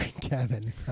kevin